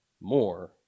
more